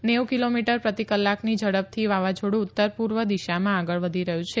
નેવું કિલોમીટર પ્રતિકલાકની ઝડપથી વાવાઝોડું ઉત્તર પૂર્વ દિશામાં આગળ વધી રહ્યું છે